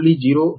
048 p